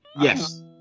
yes